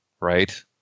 right